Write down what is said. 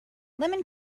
lemon